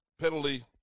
penalty